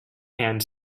and